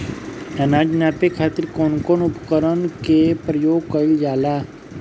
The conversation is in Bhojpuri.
अनाज नापे खातीर कउन कउन उपकरण के प्रयोग कइल जाला?